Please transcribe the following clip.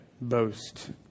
boast